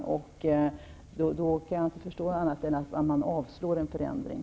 Då kan jag inte förstå annat än att man avvisar tanken på en förändring.